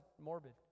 morbid